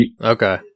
Okay